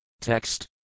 Text